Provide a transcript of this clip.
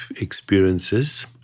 experiences